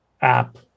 app